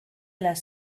las